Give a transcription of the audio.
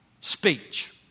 speech